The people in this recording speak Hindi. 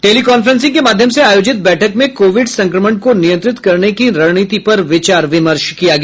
टेली कॉन्फ्रेंसिंग के माध्यम से आयोजित बैठक में कोविड संक्रमण को नियंत्रित करने की रणनीति पर विचार विमर्श किया गया